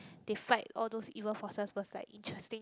they fight all those evil forces was like interesting